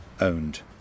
owned